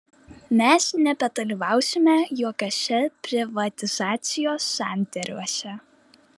mes nebedalyvausime jokiuose privatizacijos sandėriuose